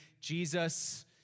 Jesus